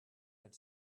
had